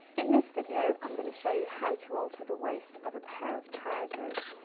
in this video i'm going to show you how to alter the waist of a pair of trousers.